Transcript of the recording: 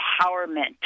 empowerment